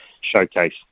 showcase